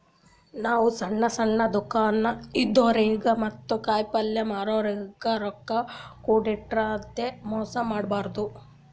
ನಾವ್ ಸಣ್ಣ್ ಸಣ್ಣ್ ದುಕಾನ್ ಇದ್ದೋರಿಗ ಮತ್ತ್ ಕಾಯಿಪಲ್ಯ ಮಾರೋರಿಗ್ ರೊಕ್ಕ ಕೋಡ್ಲಾರ್ದೆ ಮೋಸ್ ಮಾಡಬಾರ್ದ್